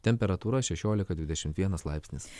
temperatūra šešiolika dvidešimt vienas laipsnis